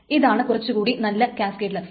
ഇതാണ് കുറച്ചുകൂടി നല്ല കാസ്കേഡ്ലെസ്സ്